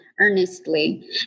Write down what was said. Earnestly